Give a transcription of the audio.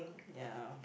ya